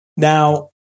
Now